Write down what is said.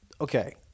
Okay